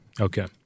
Okay